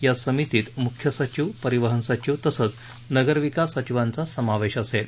या समितीत मुख्य सचिव परिवहन सचिव तसंच नगर विकास सचिवांचा समावेश असेल